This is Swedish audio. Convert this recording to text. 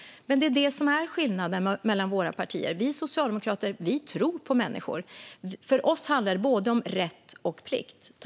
Men det är detta som är skillnaden mellan våra partier. Vi socialdemokrater tror på människor. För oss handlar det om både rätt och plikt.